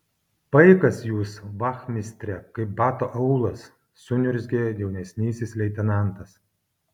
paikas jūs vachmistre kaip bato aulas suniurzgė jaunesnysis leitenantas